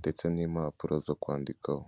ndetse n'impapuro zo kwandikaho.